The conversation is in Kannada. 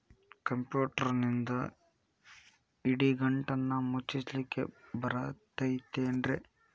ಕಂಪ್ಯೂಟರ್ನಿಂದ್ ಇಡಿಗಂಟನ್ನ ಮುಚ್ಚಸ್ಲಿಕ್ಕೆ ಬರತೈತೇನ್ರೇ?